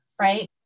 right